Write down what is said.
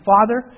Father